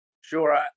Sure